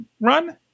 run